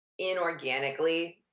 inorganically